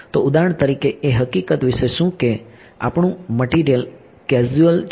તો ઉદાહરણ તરીકે એ હકીકત વિશે શું કે આપણું મટીરીયલ કેઝ્યુઅલ છે